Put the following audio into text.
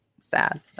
sad